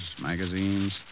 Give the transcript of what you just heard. magazines